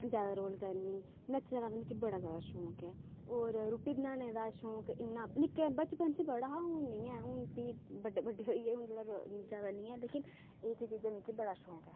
जादै रोल करनी नच्चने दा ते मिगी बड़ा जादै शौक ऐ होर रुट्टी बनाने दा शौक इ'न्ना निक्के बचपन च बड़ा हा हू'न निं ऐ हू'न भी बड्डे बड्डे होइयै हू'न जादै नेईं ऐ लेकिन एह् चीज़ें दा मिगी बड़ा शौक हा